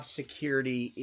security